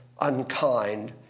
unkind